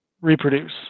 reproduce